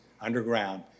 underground